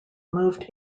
moved